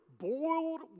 boiled